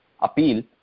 appeal